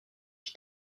vie